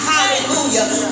Hallelujah